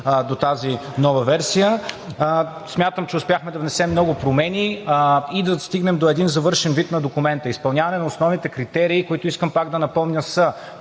до тази нова версия. Смятам, че успяхме да внесем много промени и да стигнем до един завършен вид на документа – изпълняване на основните критерии, които искам, пак да напомня, са: